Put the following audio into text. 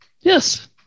Yes